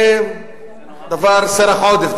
זה סרח עודף,